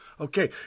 okay